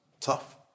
tough